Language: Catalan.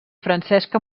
francesc